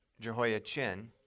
Jehoiachin